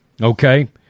Okay